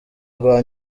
rwa